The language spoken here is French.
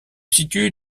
situe